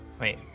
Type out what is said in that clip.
Wait